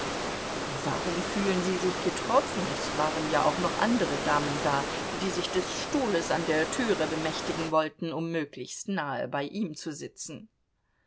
warum fühlen sie sich getroffen es waren ja auch noch andere damen da die sich des stuhles an der türe bemächtigen wollten um möglichst nahe bei ihm zu sitzen